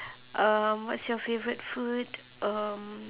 um what's your favourite food um